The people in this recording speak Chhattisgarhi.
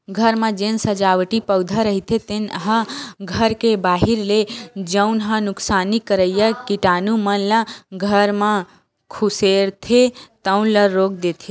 घर म जेन सजावटी पउधा रहिथे तेन ह घर के बाहिर ले जउन ह नुकसानी करइया कीटानु मन ल घर म खुसरथे तउन ल रोक देथे